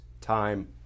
time